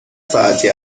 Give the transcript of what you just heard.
ساعتی